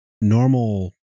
normal